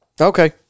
okay